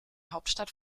hauptstadt